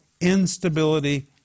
instability